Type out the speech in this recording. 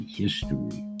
history